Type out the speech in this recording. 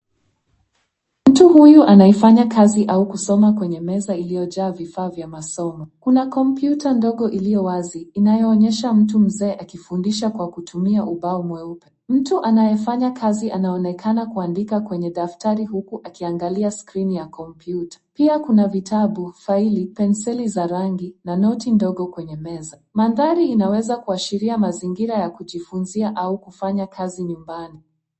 Mtu huyu anaifanya kazi au kusoma kwenye meza iliyojaa vifaa vya masomo. Kuna kompyuta ndogo iliyo wazi inayoonyesha mtu mzee akifundisha kwa kutumia ubao mweupe. Mtu anayefanya kazi anaonekana kuandika kwenye daftari huku akiangalia skrini ya kompyuta. Pia kuna vitabu, faili, penseli za rangi na noti ndogo kwenye meza. Mandhari inaweza kuashiria mazingira ya kujifunzia au kufanya kazi nyumbani.